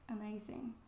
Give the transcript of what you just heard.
amazing